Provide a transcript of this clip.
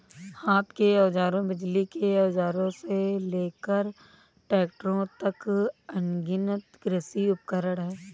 हाथ के औजारों, बिजली के औजारों से लेकर ट्रैक्टरों तक, अनगिनत कृषि उपकरण हैं